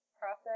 process